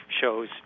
shows